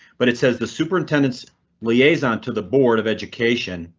but it says the superintendents liaison to the board of education.